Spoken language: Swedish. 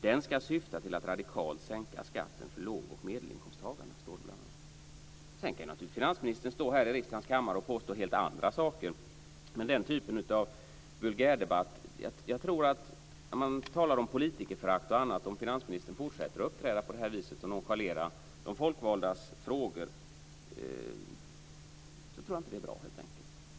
Den ska syfta till att radikalt sänka skatten för låg och medelinkomsttagarna, står det bl.a. Sedan kan naturligtvis finansministern stå här i riksdagens kammare och påstå helt andra saker. Men den typen av vulgärdebatt tror jag helt enkelt inte är bra och inte heller om finansministern fortsätter att uppträda på det här viset och nonchalera de folkvaldas frågor. Man talar om politikerförakt och annat.